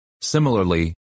Similarly